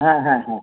হ্যাঁ হ্যাঁ হ্যাঁ